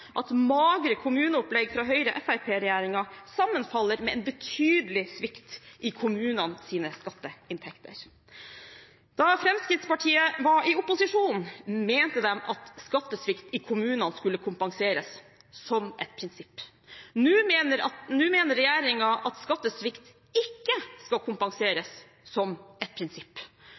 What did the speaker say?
at magre kommuneopplegg fra Høyre-Fremskrittsparti-regjeringen sammenfaller med en betydelig svikt i kommunenes skatteinntekter. Da Fremskrittspartiet var i opposisjon, mente de at skattesvikt i kommunene skulle kompenseres som et prinsipp. Nå mener regjeringen at skattesvikt ikke skal